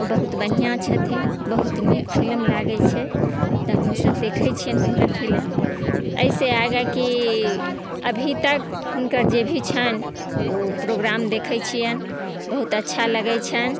ओ बहुत बढ़िआँ छथिन बहुत नीक फिलिम लागै छै तऽ हमसब देखै छिअनि हुनका फिलिम एहिसँ आगाँ कि अभी तक हुनकर जे भी छनि ओ प्रोग्राम देखै छिअनि बहुत अच्छा लगै छनि